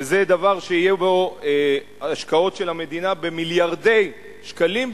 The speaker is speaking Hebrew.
וזה דבר שיהיו בו השקעות של המדינה במיליארדי שקלים,